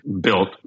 built